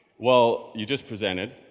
well you just presented,